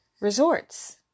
resorts